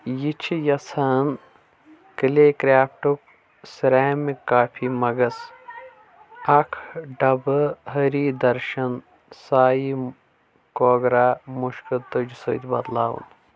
یہِ چھ یژھان کلے کرٛافٹُک سٮ۪رَمِک کافی مگس اکھ ڈبہٕ ۂری درشن سایی کوگرٛا مُشکہِ تُج سۭتۍ بدلاوُن